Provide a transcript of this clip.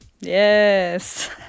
yes